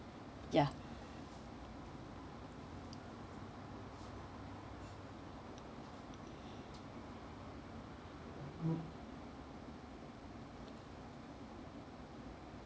ya